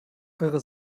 eure